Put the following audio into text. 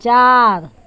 चार